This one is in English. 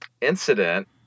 incident